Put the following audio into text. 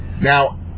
Now